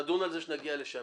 נדון על זה כשנגיע לשם.